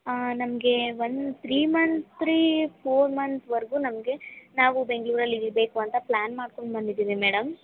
ನಮಗೆ ಒಂದು three month three four ಮಂತ್ವರೆಗು ನಮಗೆ ನಾವು ಬೆಂಗ್ಳೂರಲ್ಲಿ ಇರಬೇಕು ಅಂತ ಪ್ಲಾನ್ ಮಾಡ್ಕೊಂಡು ಬಂದಿದೀವಿ ಮೇಡಮ್